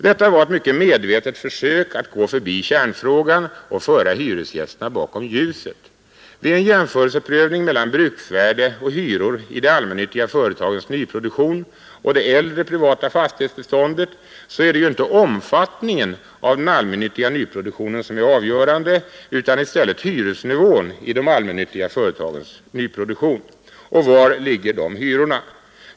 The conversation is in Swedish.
Detta var ett medvetet försök att gå förbi kärnfrågan och föra hyresgästerna bakom ljuset. Vid en jämförelseprövning mellan bruksvärde och hyror i de allmännyttiga företagens nyproduktion och det äldre privata fastighetsbeståndet är det ju inte omfattningen av den allmännyttiga nyproduktionen som är avgörande utan i stället hyresnivån i de allmännyttiga företagens nyproduktion. Var ligger de hyrorna?